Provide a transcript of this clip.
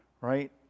right